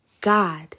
God